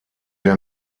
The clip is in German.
der